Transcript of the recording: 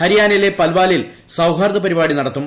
ഹരിയാനയിലെ പൽവാലിൽ സൌഹാർദ്ദ പരിപാടി നടത്തും